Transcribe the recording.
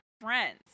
friends